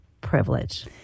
privilege